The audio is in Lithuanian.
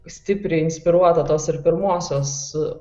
stipriai inspiruota tos ir pirmosios